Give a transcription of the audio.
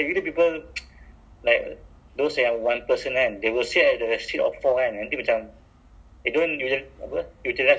ah predict the people kan because if some person couple then two or four so